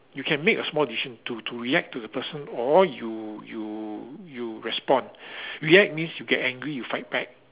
you can make a small decision to to react to the person or you you you respond react means you get angry you fight back